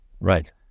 Right